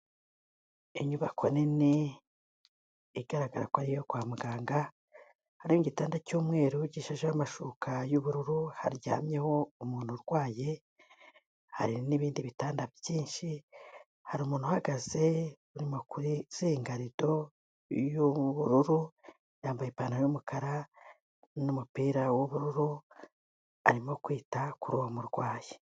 Inyubako nini igaragara ko ari iyo kwa muganga, harimo igitanda cy'umweru gishesheho amashuka y'ubururu, haryamyeho umuntu urwaye, hari n'ibindi bitanda byinshi, hari umuntu uhagaze urimo kuzinga rido y'ubururu, yambaye ipantaro y'umukara n'umupira w'ubururu, arimo kwita kuri uwo murwayi.